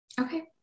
Okay